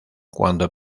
cuando